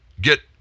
get